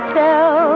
tell